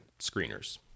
screeners